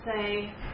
say